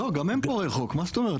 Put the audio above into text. לא, גם הם פורעי חוק מה זאת אומרת?